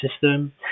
system